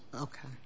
Okay